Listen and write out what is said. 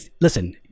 listen